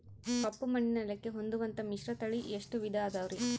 ಕಪ್ಪುಮಣ್ಣಿನ ನೆಲಕ್ಕೆ ಹೊಂದುವಂಥ ಮಿಶ್ರತಳಿ ಎಷ್ಟು ವಿಧ ಅದವರಿ?